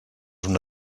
una